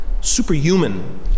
superhuman